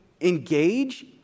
engage